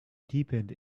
deepened